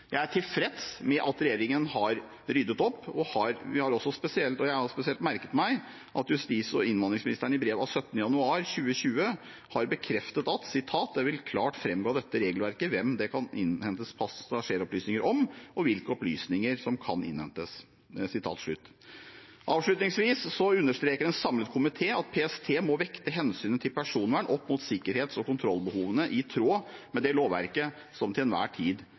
Jeg er tilfreds med at regjeringen har ryddet opp, og jeg har spesielt merket meg at justis- og innvandringsministeren i brev av 17. januar 2020 har bekreftet at det «vil fremgå klart av dette regelverket hvem det kan innhentes passasjeropplysninger om, og hvilke opplysninger som kan innhentes». Avslutningsvis understreker en samlet komité at PST må vekte hensynet til personvern opp mot sikkerhets- og kontrollbehovene i tråd med det lovverket som til enhver tid